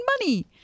money